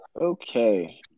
okay